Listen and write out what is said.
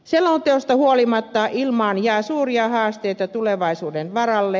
selonteosta huolimatta ilmaan jää suuria haasteita tulevaisuuden varalle